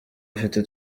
afite